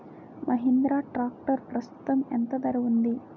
Mahindra tractor ప్రస్తుతం ఎంత ధర ఉంది?